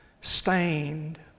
stained